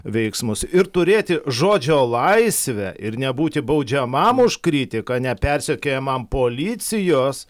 veiksmus ir turėti žodžio laisvę ir nebūti baudžiamam už kritiką nepersekiojamam policijos